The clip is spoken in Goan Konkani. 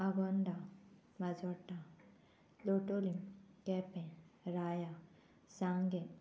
आगोंदा माजोड्डा लोटोलीम केंपें राया सांगें